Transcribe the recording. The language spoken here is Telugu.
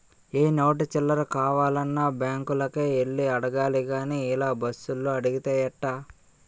ఏ నోటు చిల్లర కావాలన్నా బాంకులకే యెల్లి అడగాలి గానీ ఇలా బస్సులో అడిగితే ఎట్టా